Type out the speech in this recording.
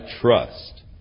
trust